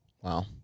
Wow